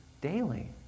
daily